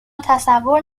تصور